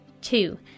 Two